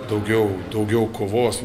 daugiau daugiau kovos